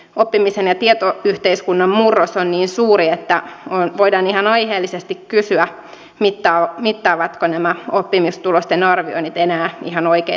oppimisen ja tietoyhteiskunnan murros on niin suuri että voidaan ihan aiheellisesti kysyä mittaavatko nämä oppimistulosten arvioinnit enää ihan oikeita asioita